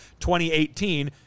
2018